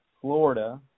Florida